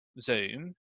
Zoom